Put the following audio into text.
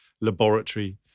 laboratory